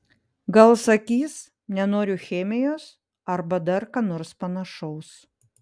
gal sakys nenoriu chemijos arba dar ką nors panašaus